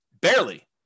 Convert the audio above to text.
barely